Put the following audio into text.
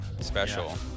special